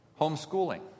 Homeschooling